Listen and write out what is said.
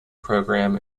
program